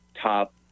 top